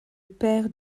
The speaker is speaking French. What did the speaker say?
père